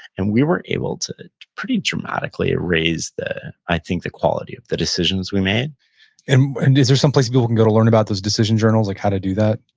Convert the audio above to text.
and we were able to pretty dramatically raise, i think, the quality of the decisions we made and and is there some place people can go to learn about those decision journals, like how to do that?